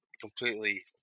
completely